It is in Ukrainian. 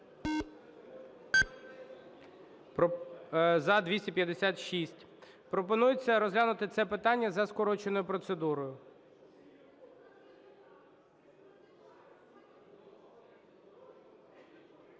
За-256 Пропонується розглянути це питання за скороченою процедурою.